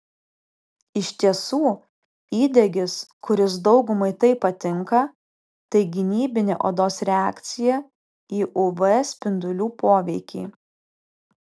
iš tiesų įdegis kuris daugumai taip patinka tai gynybinė odos reakcija į uv spindulių poveikį